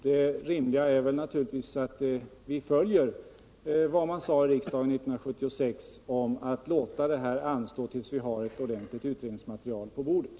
Det rimliga är naturligtvis att vi följer vad man sade i riksdagen 1976 om att låta detta anstå tills ett ordentligt utredningsmaterial ligger på bordet.